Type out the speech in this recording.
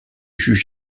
juge